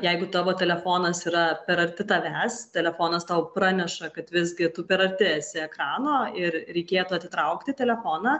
jeigu tavo telefonas yra per arti tavęs telefonas tau praneša kad visgi tu per arti esi ekrano ir reikėtų atitraukti telefoną